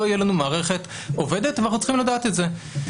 תהיה לנו מערכת עובדת ואנחנו צריכים לדעת את זה.